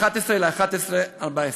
11 בנובמבר 2014: